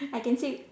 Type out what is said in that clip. I can still